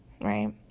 right